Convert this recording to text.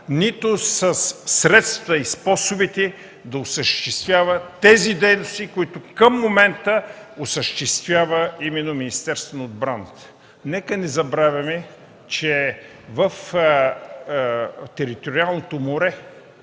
нито със средствата и способите, да осъществява тези дейности, които към момента осъществява именно Министерството на отбраната. Нека не забравяме, че в териториалното море